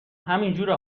همینجوره